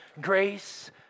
Grace